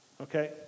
Okay